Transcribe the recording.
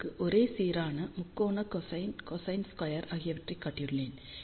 உங்களுக்கு ஒரே சீரான முக்கோண கொசைன் கொசைன் ஸ்கொயர் ஆகியவற்றைக் காட்டியுள்ளேன்